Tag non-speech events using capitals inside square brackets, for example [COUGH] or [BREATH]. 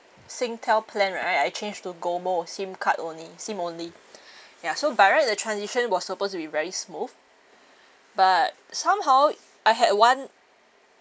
Singtel plan right I change to GOMO SIM card only SIM only [BREATH] ya so by right the transition was supposed to be very smooth but somehow I had one